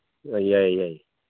ꯌꯥꯏ ꯌꯥꯏ